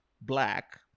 black